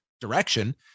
direction